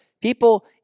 People